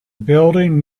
building